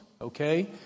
okay